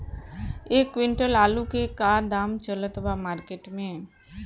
एक क्विंटल आलू के का दाम चलत बा मार्केट मे?